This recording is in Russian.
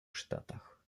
штатах